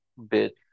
Bit